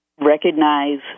recognize